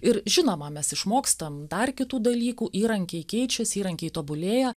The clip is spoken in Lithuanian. ir žinoma mes išmokstam dar kitų dalykų įrankiai keičias įrankiai tobulėja